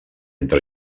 entre